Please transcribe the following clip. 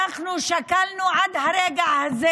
אנחנו שקלנו עד הרגע הזה